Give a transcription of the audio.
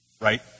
Right